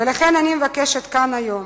ולכן אני מבקשת כאן היום